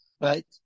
Right